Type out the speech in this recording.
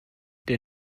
der